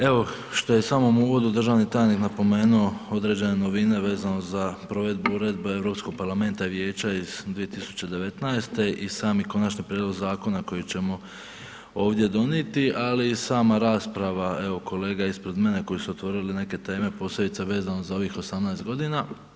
Evo što je u samom uvodu državni tajnik napomenuo određene novine vezano za provedbu Uredbe Europskog parlamenta i Vijeća iz 2019. i sami konačni prijedlog zakona koji ćemo ovdje donijeti ali i sama rasprava evo kolega ispred mene koji su otvorili neke teme posebice vezano za ovih 18 godina.